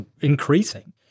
increasing